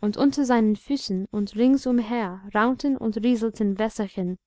und unter seinen füßen und ringsumher raunten und rieselten wässerchen